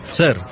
Sir